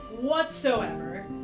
whatsoever